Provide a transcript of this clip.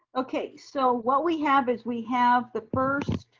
okay, so what we have is we have the first,